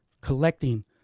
collecting